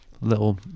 little